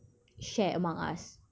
share among us